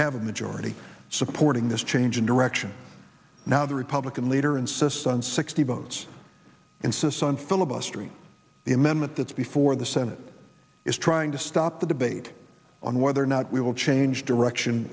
have a majority supporting this change in direction now the republican leader insists on sixty votes insists on filibustering the amendment that's before the senate is trying to stop the debate on whether or not we will change direction